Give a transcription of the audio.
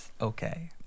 okay